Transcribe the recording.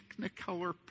technicolor